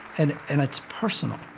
and and it's personal.